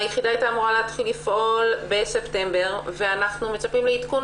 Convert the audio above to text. היחידה הייתה אמורה להתחיל לפעול בספטמבר ואנחנו מצפים לעדכון,